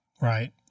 Right